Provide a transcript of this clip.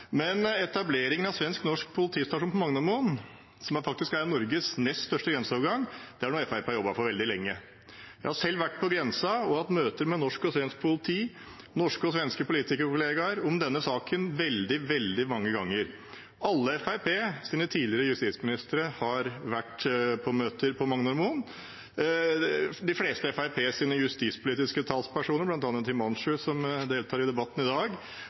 av svensk-norsk politistasjon på Magnormoen, som faktisk er Norges nest største grenseovergang, er noe Fremskrittspartiet har jobbet for veldig lenge. Jeg har selv vært på grensen og hatt møter med norsk og svensk politi og norske og svenske politikerkollegaer om denne saken veldig, veldig mange ganger. Alle Fremskrittspartiets tidligere justisministre har vært på møter på Magnormoen. De fleste av Fremskrittspartiets justispolitiske talspersoner, bl.a. Himanshu Gulati, som deltar i debatten i dag,